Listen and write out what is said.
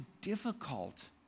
difficult